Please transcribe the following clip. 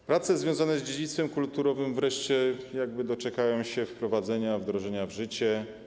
Regulacje związane z dziedzictwem kulturowym wreszcie doczekają się wprowadzenia, wdrożenia w życie.